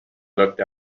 looked